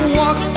walk